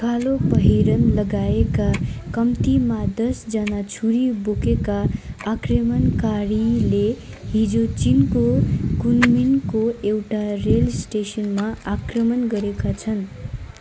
कालो पहिरन लगाएका कम्तीमा दस जना छुरी बोकेका आक्रमणकारीले हिजो चिनको कुनमिङको एउटा रेल स्टेसनमा आक्रमण गरेका छन्